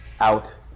out